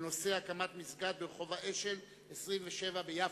בנושא: הקמת מסגד ברחוב האשל 27 ביפו.